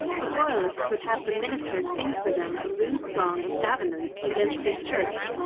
the royalists would have the minister sing for them a lewd song of davenant's against his church.